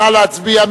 נא להצביע.